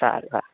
સારુ હા